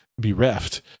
bereft